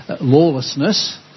lawlessness